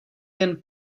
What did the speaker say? jen